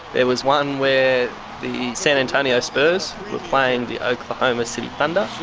there was one where the san antonio spurs were playing the oklahoma city thunder.